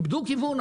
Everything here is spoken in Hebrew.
איבדו כיוון,